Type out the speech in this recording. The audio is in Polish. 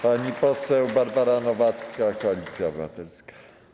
Pani poseł Barbara Nowacka, Koalicja Obywatelska.